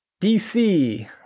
DC